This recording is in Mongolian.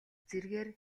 зэргээр